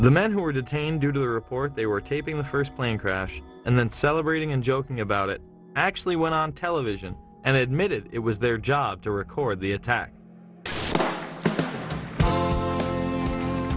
the men who were detained due to the report they were taping the first plane crash and then celebrating and joking about it actually went on television and admitted it was their job to record the attack o